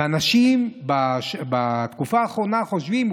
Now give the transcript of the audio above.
ואנשים בתקופה האחרונה חושבים,